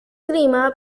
clima